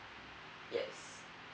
yes